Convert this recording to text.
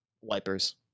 wipers